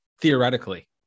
theoretically